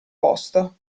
posto